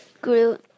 grew